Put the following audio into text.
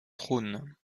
trône